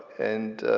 and,